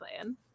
plan